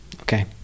Okay